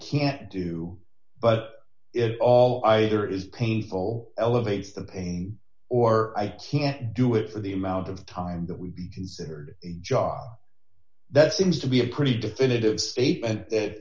can't do but it all either is painful elevates the pain or i can't do it for the amount of time that we considered job that seems to be a pretty definitive statement that